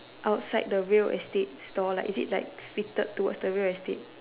outside the real estates store like is it like fitted towards the real estate